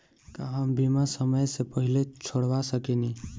का हम बीमा समय से पहले छोड़वा सकेनी?